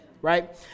Right